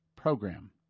program